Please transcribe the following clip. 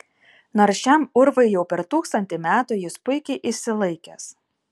nors šiam urvui jau per tūkstantį metų jis puikiai išsilaikęs